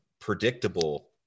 predictable